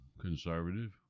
conservative